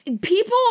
people